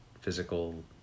physical